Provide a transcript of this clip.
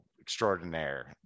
extraordinaire